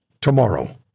tomorrow